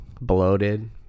bloated